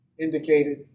indicated